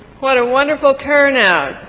what a wonderful turnout.